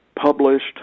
published